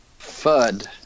FUD